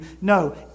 No